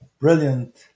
brilliant